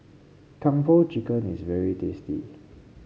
Kung Po Chicken is very tasty